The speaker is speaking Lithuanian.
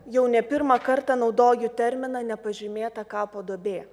jau ne pirmą kartą naudoju terminą nepažymėta kapo duobė